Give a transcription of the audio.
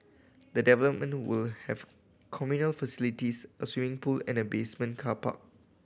the development will have communal facilities a swimming pool and a basement car park